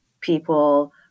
people